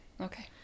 Okay